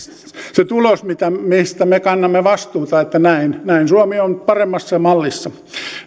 se tulos mistä me kannamme vastuuta että näin näin suomi on paremmassa mallissa